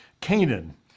Canaan